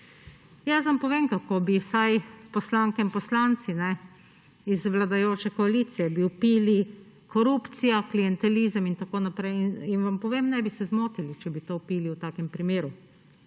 Jaz vam povem, kako bi vsaj poslanke in poslanci iz vladajoče koalicije. Vpili bi: korupcija, klientelizem in tako naprej. In vam povem, ne bi se zmotili, če bi to vpili v takem primeru,